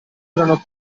erano